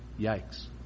yikes